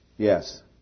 Yes